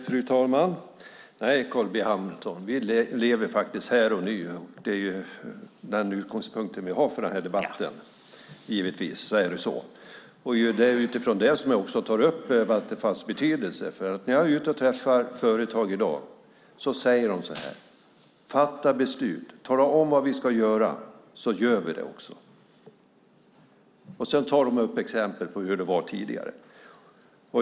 Fru talman! Nej, Carl B Hamilton, vi lever faktiskt här och nu, och det är den utgångspunkten vi har för den här debatten. Givetvis är det så. Det är också utifrån det som jag tar upp Vattenfalls betydelse. När jag är ute och träffar företag i dag säger de: Fatta beslut! Tala om vad vi ska göra, så gör vi det! De tar sedan upp exempel på hur det var tidigare.